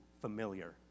familiar